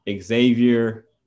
Xavier